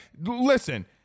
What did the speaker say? listen